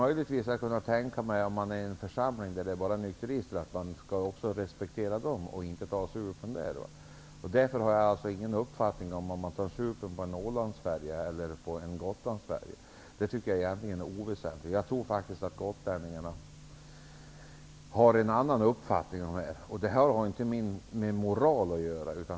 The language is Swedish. Möjligtvis kan jag tänka mig, att om man är i en församling där det bara finns nykterister skall man också respektera dem och inte ta supen där. Det är egentligen oväsentligt om man tar supen på en Gotlandsfärja eller en Ålandsfärja, och jag har därför ingen uppfattning i frågan. Jag tror att gotlänningarna har en annan uppfattning om detta. Det har ingenting med moral att göra.